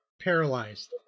paralyzed